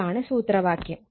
ഇതാണ് സൂത്രവാക്യം